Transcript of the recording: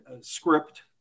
script